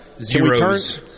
zeros